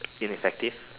ineffective